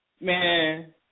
Man